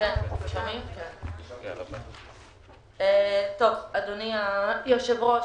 החלטה חשובה, תקדימית וסופר-קריטית בעיניי,